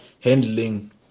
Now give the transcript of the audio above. handling